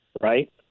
right